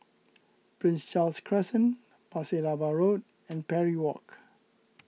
Prince Charles Crescent Pasir Laba Road and Parry Walk